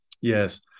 yes